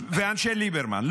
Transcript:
ואנשי ליברמן.